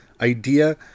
idea